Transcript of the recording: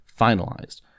finalized